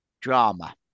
Drama